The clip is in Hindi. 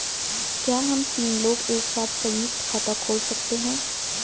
क्या हम तीन लोग एक साथ सयुंक्त खाता खोल सकते हैं?